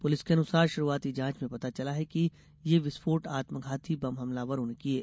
police के अनुसार शुरूआती जांच में पता चला है कि ये विस्फोट आत्मघाती बम हमलावरों ने किये